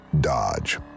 Dodge